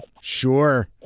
Sure